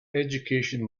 education